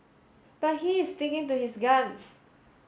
but he is sticking to his guns